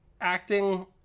acting